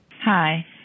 Hi